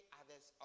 others